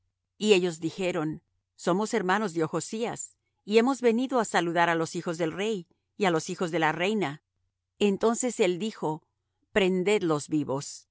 y ellos dijeron somos hermanos de ochzías y hemos venido á saludar á los hijos del rey y á los hijos de la reina entonces él dijo prendedlos vivos